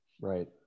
Right